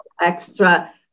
extra